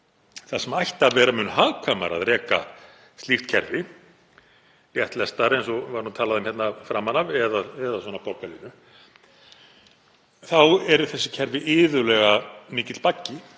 þar sem ætti að vera mun hagkvæmara að reka slíkt kerfi, léttlestir, eins og var talað um hérna framan af, eða svona borgarlínu, eru þessi kerfi iðulega mikill baggi